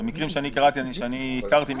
לפחות במקרים שאני הכרתי מקרוב,